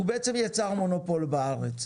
היא בעצם יצרה מונופול בארץ.